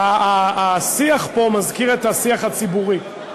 השיח פה מזכיר את השיח הציבורי.